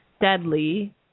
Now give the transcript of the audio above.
deadly